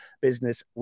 business